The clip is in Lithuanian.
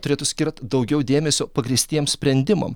turėtų skirt daugiau dėmesio pagrįstiems sprendimam